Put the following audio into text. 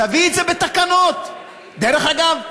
תביא את זה בתקנות, דרך אגב,